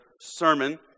sermon